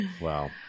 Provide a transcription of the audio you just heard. wow